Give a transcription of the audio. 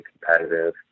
competitive